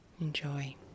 Enjoy